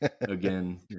Again